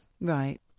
Right